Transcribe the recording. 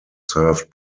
served